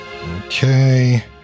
Okay